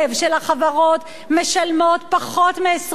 של החברות משלמים פחות מ-20%,